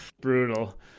Brutal